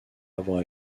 avoir